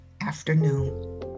afternoon